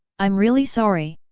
i'm really sorry?